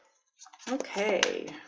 okay